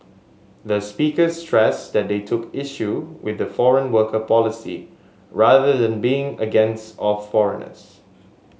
the speakers stressed that they took issue with the foreign worker policy rather than being against of foreigners